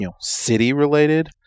city-related